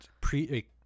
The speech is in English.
pre